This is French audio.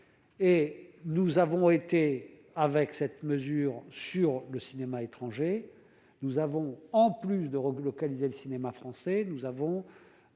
et nous avons été avec cette mesure sur le cinéma étranger, nous avons en plus de localiser le cinéma français, nous avons